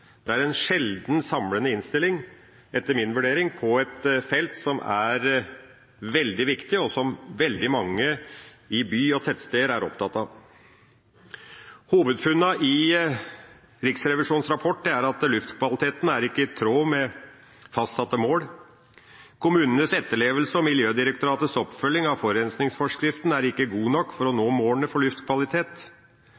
Det er en sjeldent samlende innstilling, etter min vurdering, på et felt som er veldig viktig, og som veldig mange i byer og tettsteder er opptatt av. Hovedfunnene i Riksrevisjonens rapport er at luftkvaliteten ikke er i tråd med fastsatte mål. Kommunenes etterlevelse og Miljødirektoratets oppfølging av forurensningsforskriften er ikke god nok for å nå